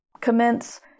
commence